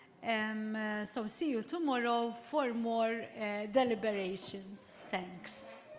um so see you tomorrow for more deliberations. thanks.